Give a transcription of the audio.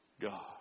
God